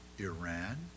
Iran